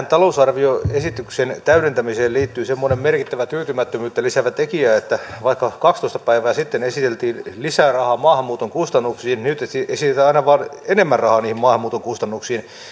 talousarvioesityksen täydentämiseen liittyy semmoinen merkittävä tyytymättömyyttä lisäävä tekijä että vaikka kaksitoista päivää sitten esiteltiin lisärahaa maahanmuuton kustannuksiin niin nyt esitetään aina vain enemmän rahaa niihin maahanmuuton kustannuksiin